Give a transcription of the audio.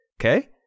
Okay